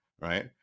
right